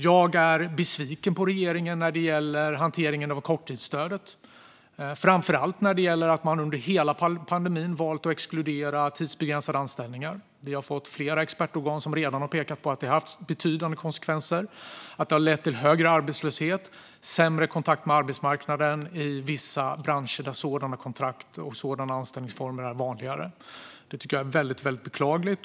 Jag är besviken på regeringen när det gäller hanteringen av korttidsstödet, framför allt för att man under hela pandemin valt att exkludera tidsbegränsade anställningar. Flera expertorgan har redan pekat på att det har fått betydande konsekvenser, såsom högre arbetslöshet och sämre kontakt med arbetsmarknaden inom vissa branscher där sådana kontrakt och anställningsformer är vanligare. Det är väldigt beklagligt.